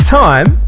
time